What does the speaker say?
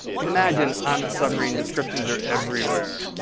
can imagine, on a submarine descriptions are everywhere.